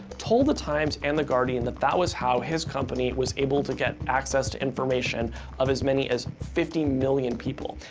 told the times and the guardian that that was how his company was able to get access to information of as many as fifty million people.